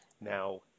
Now